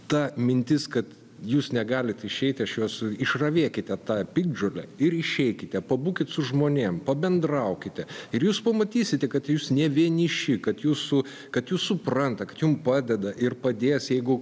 ta mintis kad jūs negalit išeiti iš jos išravėkite tą piktžolę ir išeikite pabūkit su žmonėm pabendraukite ir jūs pamatysite kad jūs ne vieniši kad jūsų kad jus supranta kad jum padeda ir padės jeigu